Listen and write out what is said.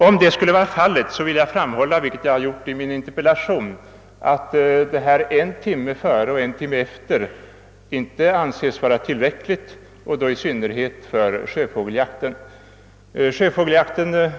Om det skulle vara fallet vill jag framhålla, liksom jag gjort i interpellationen, att bestämmelsen om en timme före och en timme efter inte anses vara tillräcklig, i synnerhet inte för sjöfågelsjakten.